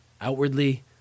Outwardly